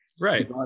Right